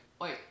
Wait